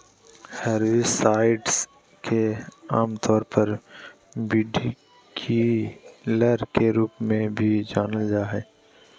herbicides के आमतौर पर वीडकिलर के रूप में भी जानल जा हइ